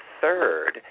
third